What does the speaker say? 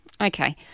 okay